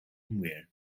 muir